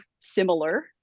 similar